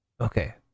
Okay